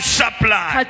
supply